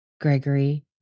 Gregory